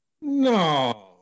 No